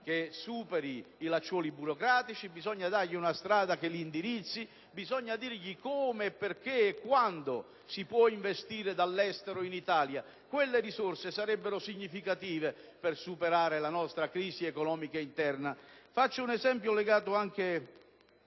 che superi i lacciuoli burocratici, che li indirizzi, per dire loro come, perché e quando si può investire dall'estero in Italia. Quelle risorse sarebbero significative per superare la nostra crisi economica interna. Faccio un esempio legato anche